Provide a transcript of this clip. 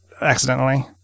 accidentally